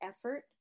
effort